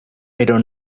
pero